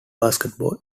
basketball